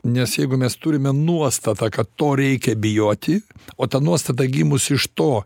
nes jeigu mes turime nuostatą kad to reikia bijoti o ta nuostata gimusi iš to